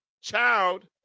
child